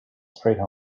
straight